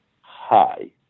hi